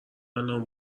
الان